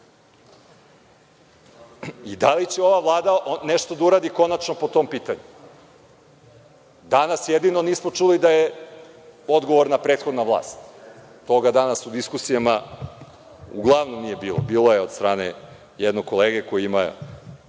Da li će ova Vlada uraditi nešto po tom pitanju? Danas jedino nismo čuli da je odgovorna prethodna vlast. Toga danas u diskusijama uglavnom nije bilo. Bilo je od strane jednog kolege, koji ima